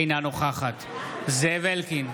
אינה נוכחת זאב אלקין,